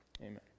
Amen